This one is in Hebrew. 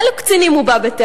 אל אילו קצינים הוא בא בטענות?